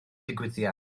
digwyddiad